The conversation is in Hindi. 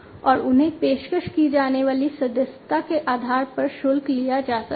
और उन्हें पेशकश की जाने वाली सदस्यता के आधार पर शुल्क लिया जा सकता है